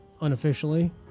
unofficially